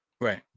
Right